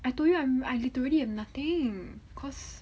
I told you I'm I literally have nothing cause